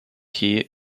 key